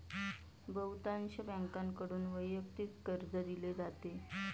बहुतांश बँकांकडून वैयक्तिक कर्ज दिले जाते